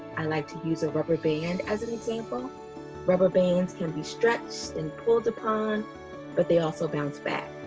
i like to use a rubber band as an example rubber bands can be stretched and pulled upon but they also bounce back.